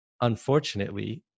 unfortunately